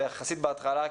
ויחסית בהתחלה,